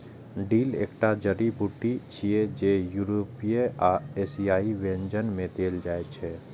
dill एकटा जड़ी बूटी छियै, जे यूरोपीय आ एशियाई व्यंजन मे देल जाइ छै